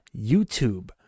YouTube